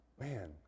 Man